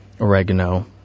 oregano